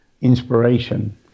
inspiration